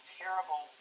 terrible